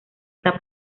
está